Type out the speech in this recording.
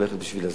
ללכת בשביל הזהב.